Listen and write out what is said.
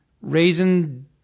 raisin